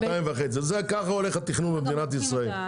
כך הולך התכנון במדינת ישראל.